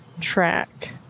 track